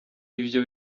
ibyo